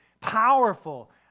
powerful